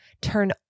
Turn